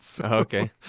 Okay